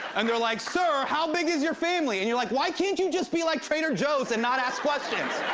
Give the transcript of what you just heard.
and they're like, sir, how big is your family? and you're like, why can't you just be like trader joe's and not ask questions?